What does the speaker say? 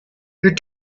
your